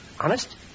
Honest